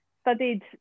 studied